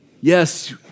Yes